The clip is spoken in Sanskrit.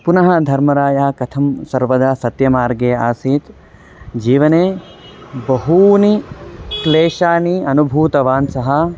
पुनः धर्मरायः कथं सर्वदा सत्यमार्गे आसीत् जीवने बहूनि क्लेशानि अनुभूतवान् सः